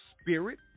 spirit